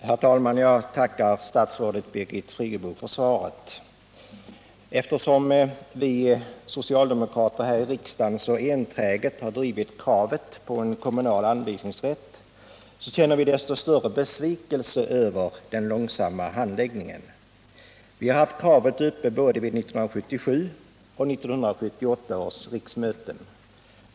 Herr talman! Jag tackar statsrådet Birgit Friggebo för svaret. Eftersom vi socialdemokrater här i riksdagen så enträget har drivit kravet på en kommunal anvisningsrätt känner vi desto större besvikelse över den långsamma handläggningen. Vi har haft kravet uppe i riksdagen både 1977 och 1978.